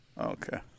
Okay